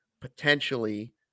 potentially –